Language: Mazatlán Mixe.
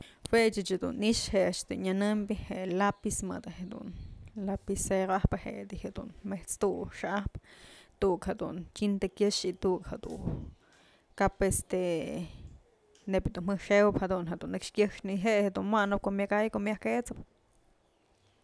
Juech ëch jedun i'ix je'e a'ax dun nyënëmbyë je'e lapiz mëdë jedun lapicero ajpë je'e di'ij jedun met's tu'u tu'uk jedun tintë kyëx y tu'uk jedun kap este neyb jedun jajxëwëb jadun jedun nëkx kyëxnë y je'e jedun wanëp ko'o myaj ja'ay ko'o myaj ket'sëp.